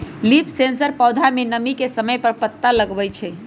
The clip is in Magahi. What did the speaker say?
लीफ सेंसर पौधा में नमी के समय पर पता लगवई छई